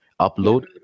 upload